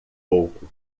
pouco